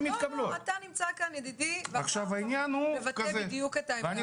לכן אתה נמצא פה, כדי לבטא את העמדה הזאת.